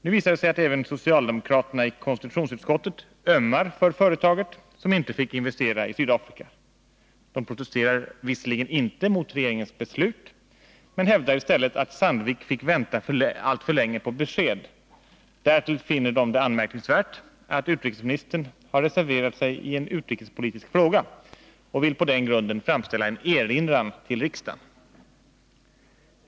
Nu visar det sig att även socialdemokraterna i konstitutionsutskottet ömmar för företaget, som inte fick investera i Sydafrika. De protesterar visserligen inte mot regeringens beslut, men hävdar att Sandvik fick vänta alltför länge på besked. Därtill finner de det anmärkningsvärt att utrikesministern har reserverat sig i en utrikespolitisk fråga, och vill på den grunden framställa en erinran till riksdagen.